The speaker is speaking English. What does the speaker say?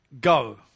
Go